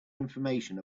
information